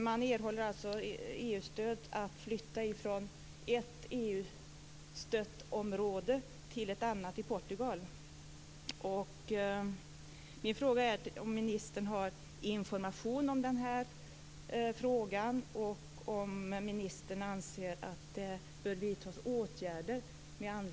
Man erhåller alltså EU stöd för att flytta från ett EU-stött område till ett annat i Portugal.